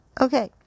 Okay